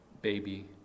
baby